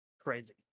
crazy